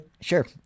Sure